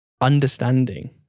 understanding